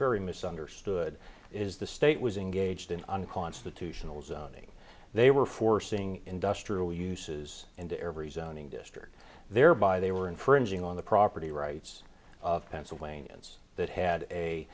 very misunderstood is the state was engaged in unconstitutional zoning they were forcing industrial uses and every zoning district there by they were infringing on the property rights of pennsylvania it's that